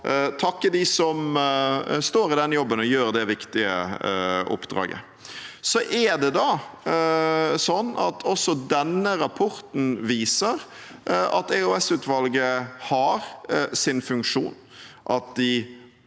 takke de som står i den jobben, og gjør det viktige oppdraget. Også denne rapporten viser at EOS-utvalget har sin funksjon.